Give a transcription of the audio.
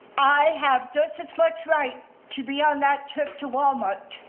i have just as much right to be on that trip to wal-mart